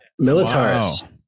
Militaris